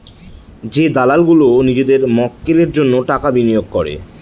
যে দালাল গুলো নিজেদের মক্কেলের জন্য টাকা বিনিয়োগ করে